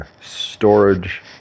storage